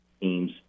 teams